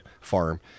farm